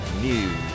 News